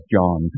John